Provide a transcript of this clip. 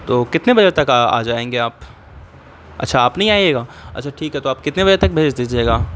تو کتنے بجے تک آ جائیں گے آپ اچھا آپ نہیں آئیے گا اچھا ٹھیک ہے تو آپ کتنے بجے تک بھیج دیجیے گا